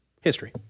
History